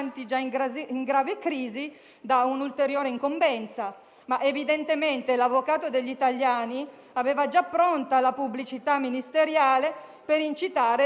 È dall'inizio della crisi che noi chiediamo a gran voce un anno bianco fiscale e solo ora la maggioranza sembra